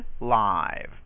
live